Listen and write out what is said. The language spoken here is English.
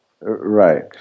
Right